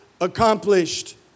accomplished